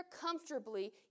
comfortably